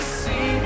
see